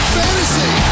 fantasy